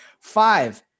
Five